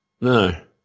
No